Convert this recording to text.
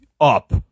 up